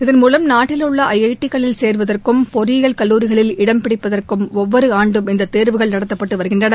இதள் மூலம் நாட்டில் உள்ள ஐஐடி களில் சே்வதற்கும் பொறியியல் கல்லூரிகளில் இடம் பிடிப்பதற்கும் ஒவ்வொரு ஆண்டும் இந்த தேர்வுகள் நடத்தப்பட்டு வருகின்றன